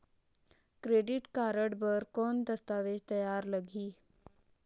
Credit card बर कौन दस्तावेज तैयार लगही?